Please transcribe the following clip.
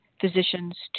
physicians